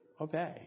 obey